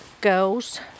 girls